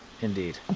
Indeed